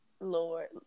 Lord